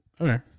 Okay